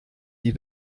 die